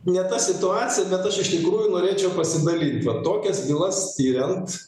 ne ta situacija bet aš iš tikrųjų norėčiau pasidalint vat tokias bylas tiriant